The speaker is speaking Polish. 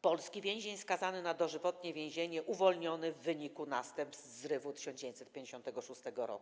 Polski więzień skazany na dożywotnie więzienie, uwolniony w wyniku następstw zrywu 1956 r.